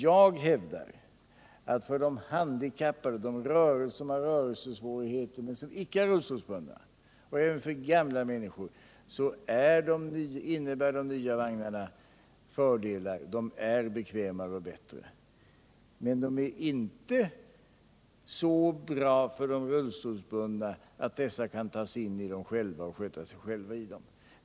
Jag hävdar att för de handikappade som har rörelsesvårigheter men som icke är rullstols förbättra kollektiv bundna och även för gamla människor, innebär de nya vagnarna fördelar, de är bekvämare och bättre. Men de är inte så bra för de rullstolsbundna att dessa kan ta sig in i dem själva och sköta sig själva i dem.